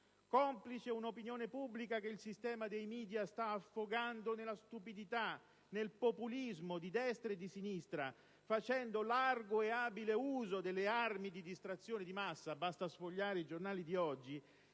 Complice un'opinione pubblica che il sistema dei *media* sta affogando nella stupidità, nel populismo di destra e di sinistra, facendo largo e abile uso delle armi di distrazione di massa - basta sfogliare i giornali di oggi